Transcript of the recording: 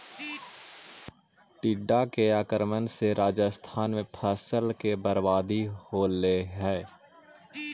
टिड्डा के आक्रमण से राजस्थान में फसल के बर्बादी होलइ